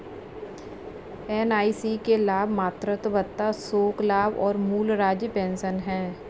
NIC के लाभ मातृत्व भत्ता, शोक लाभ और मूल राज्य पेंशन हैं